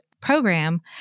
program